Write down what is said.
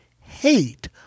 hate